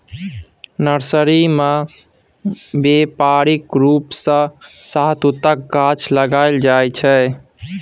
nursery मे बेपारिक रुप सँ शहतुतक गाछ लगाएल जाइ छै